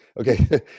Okay